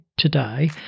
today